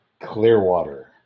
Clearwater